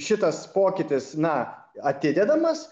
šitas pokytis na atidedamas